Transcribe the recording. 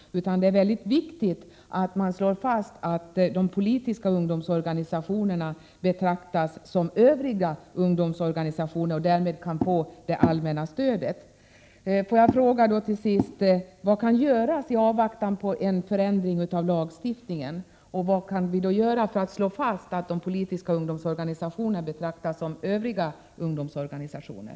Det är mycket viktigt att slå fast att de politiska ungdomsorganisationerna skall betraktas på samma sätt som övriga ungdomsorganisationer och därmed kan få det allmänna stöd som utgår. Får jag till sist ställa ett par frågor: Vad kan göras i avvaktan på en förändring av lagstiftningen? Vad kan vi vidare göra för att slå fast att de politiska ungdomsorganisationerna skall betraktas som övriga ungdomsorganisationer?